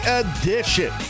edition